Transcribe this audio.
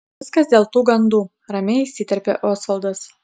viskas dėl tų gandų ramiai įsiterpia osvaldas